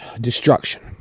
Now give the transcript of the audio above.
Destruction